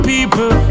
people